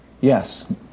Yes